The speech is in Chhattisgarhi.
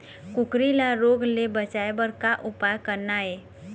कुकरी ला रोग ले बचाए बर का उपाय करना ये?